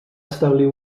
establir